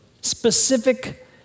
specific